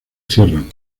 cierran